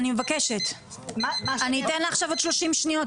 אני מבקשת לשמוע את הדברים.